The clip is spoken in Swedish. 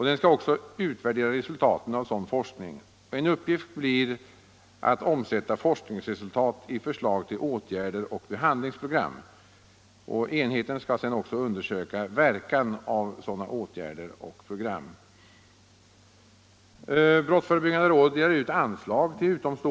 Den skall också utvärdera resultatet av sådan forskning. En uppgift blir att omsätta forskningsresultat i förslag till åtgärder och handlingsprogram. Enheten skall sedan undersöka verkan av sådana åtgärder och program.